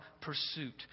pursuit